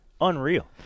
unreal